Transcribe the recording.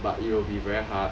but it will be very hard